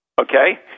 Okay